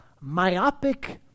myopic